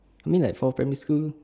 I mean like for primary school